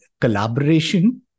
collaboration